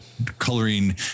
coloring